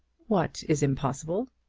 what is impossible?